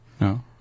no